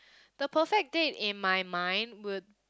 the perfect date in my mind would